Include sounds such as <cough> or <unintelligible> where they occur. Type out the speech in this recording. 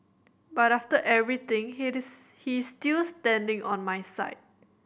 but after everything he <unintelligible> he still standing on my side